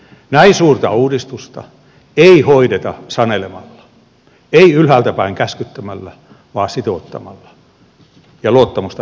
näin suurta uudistusta ei hoideta sanelemalla ei ylhäältäpäin käskyttämällä vaan sitouttamalla ja luottamusta rakentamalla